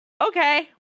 Okay